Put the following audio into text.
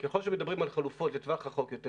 ככל שמדברים על חלופות וטווח ארוך יותר,